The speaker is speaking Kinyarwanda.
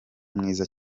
mwiza